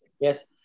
Yes